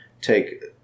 take